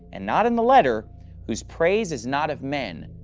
and not in the letter whose praise is not of men,